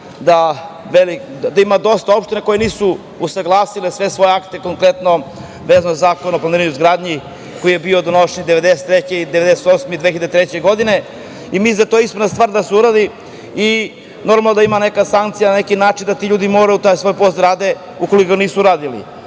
da ima dosta opština koje nisu usaglasile sve svoje akte, konkretno vezano za Zakon o planiranju i izgradnji koji je bio donesen 1993, 1998. i 2003. godine i mislim da je ispravna stvar da se uradi i normalno je da ima neka sankcija na neki način da ti ljudi moraju taj svoj posao da rade ukoliko nisu